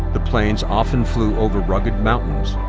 the planes often flew over rugged mountains,